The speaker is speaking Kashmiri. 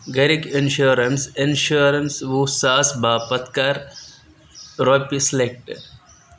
گَرِکۍ اِنشورَنٕس اِنشورَنٕس وُہ ساس باپتھ کَر رۄپیہِ سِلیکٹ